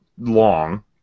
long